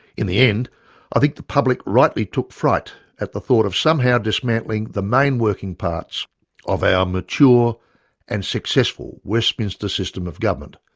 in the end i think the public rightly took fright at the thought of somehow dismantling the main working parts of our mature and successful westminster system of government,